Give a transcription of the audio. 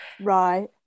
Right